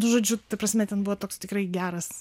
žodžiu ta prasme ten buvo toks tikrai geras